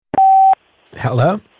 Hello